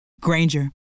Granger